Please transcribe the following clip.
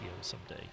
someday